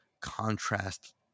contrast